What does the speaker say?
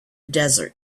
desert